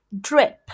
Drip